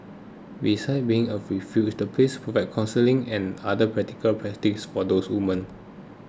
besides being a refuge the place counselling and other practical for those women